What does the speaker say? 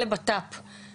תודה על ההזדמנות לדבר.